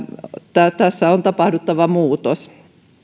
tässä on tapahduttava muutos